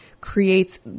creates